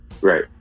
Right